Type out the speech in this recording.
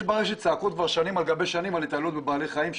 יש ברשת צעקות כבר שנים על גבי שנים על התעללות בבעלי חיים.